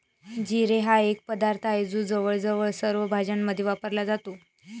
जिरे हा एक पदार्थ आहे जो जवळजवळ सर्व भाज्यांमध्ये वापरला जातो